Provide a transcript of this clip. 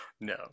No